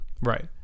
Right